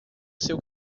seu